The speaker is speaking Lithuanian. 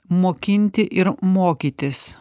mokinti ir mokytis